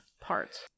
parts